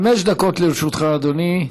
חמש דקות לרשותך, אדוני.